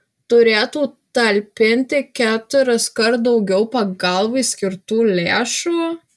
turėtų talpinti keturiskart daugiau pagalbai skirtų lėšų